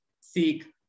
seek